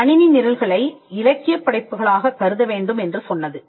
கணினி நிரல்களை இலக்கியப் படைப்புகளாகக் கருதவேண்டும் என்று சொன்னது